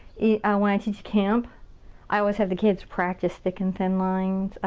when i teach camp i always have the kids practice thick and thin lines.